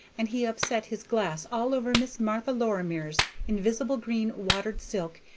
and he upset his glass all over miss martha lorimer's invisible-green watered silk,